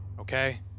okay